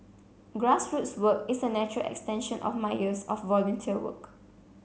grassroots work is a natural extension of my years of volunteer work